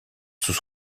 sous